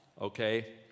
okay